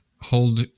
hold